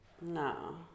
No